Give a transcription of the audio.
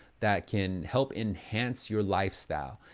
that can help enhance your lifestyle,